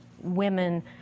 women